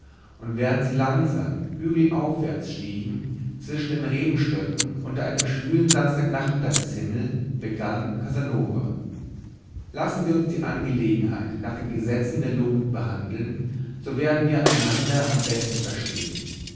und während sie langsam hügelaufwärts stiegen zwischen den rebenstöcken unter einem schwülen spätnachmittagshimmel begann casanova lassen sie uns die angelegenheit nach den gesetzen der logik behandeln so werden wir einander am besten verstehen